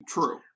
True